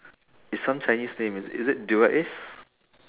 it's some chinese name is it is it dura-ace